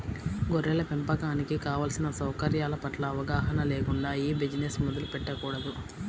గొర్రెల పెంపకానికి కావలసిన సౌకర్యాల పట్ల అవగాహన లేకుండా ఈ బిజినెస్ మొదలు పెట్టకూడదు